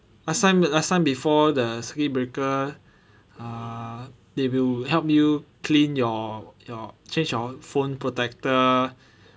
last time last time before the circuit breaker err they will help you clean your your change your phone protector